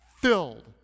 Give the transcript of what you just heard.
filled